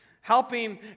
helping